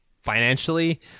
financially